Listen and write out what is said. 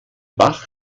bach